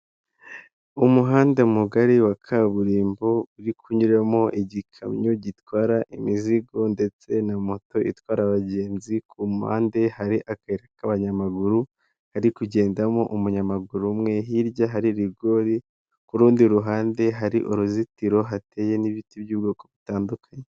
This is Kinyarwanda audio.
Umuhanda mugari wa kaburimbo uri kunyuramo igikamyo gitwara imizigo ndetse na moto itwara abagenzi ku mpande hari akayira kabanyamaguru kari kugendamo umunyamaguru umwe, hirya hari rigori, ku rundi ruhande hari uruzitiro, hateye n'ibiti by'ubwoko butandukanye.